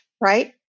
right